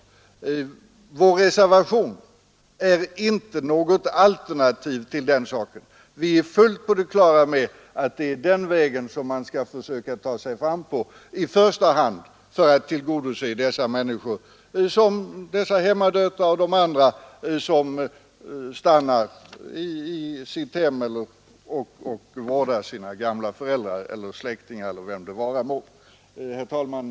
Vår reservation är inte något alternativ till detta. Vi är fullt på det klara med att det i första hand är den vägen man skall försöka gå för att tillgodose dessa hemmadöttrar och andra som stannar i hemmet och vårdar sina gamla föräldrar, släktingar och vem det vara må. Herr talman!